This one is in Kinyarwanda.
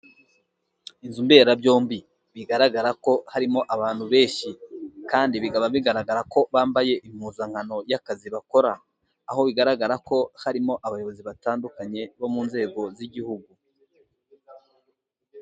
Inzu mberabyombi bigaragara ko harimo abantu benshi kandi bikaba bigaragara ko bambaye impuzankano y'akazi bakora aho bigaragara ko harimo abayobozi batandukanye bo mu nzego z'igihugu.